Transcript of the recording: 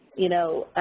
you know,